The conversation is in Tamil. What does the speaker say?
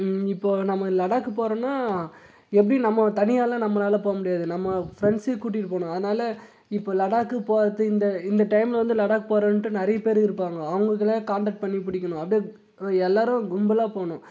ம் இப்போது நம்ம லடாக்கு போகிறோன்னா எப்படி நம்ம தனியாயெல்லாம் நம்மளால் போக முடியாது நம்ம ஃப்ரெண்ட்ஸையும் கூட்டிகிட்டு போணும் அதனால் இப்போது லடாக்கு போகிறது இந்த இந்த டைமில் வந்து லடாக் போகிறதுன்ட்டு நிறைய பேர் இருப்பாங்க அவங்களுக்கெல்லாம் காண்டக்ட் பண்ணி பிடிக்கணும் அப்படியே எல்லாேரும் கும்பலாக போகணும்